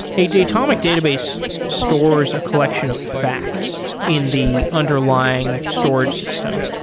a datomic database stores a collection of facts in the underlying storage system,